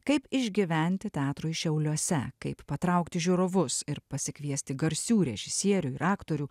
kaip išgyventi teatrui šiauliuose kaip patraukti žiūrovus ir pasikviesti garsių režisierių ir aktorių